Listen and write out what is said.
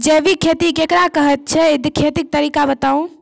जैबिक खेती केकरा कहैत छै, खेतीक तरीका बताऊ?